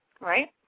Right